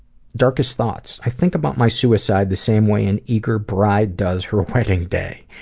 darkest thoughts i think about my suicide the same way an eager bride does through a wedding day.